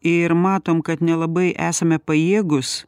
ir matom kad nelabai esame pajėgūs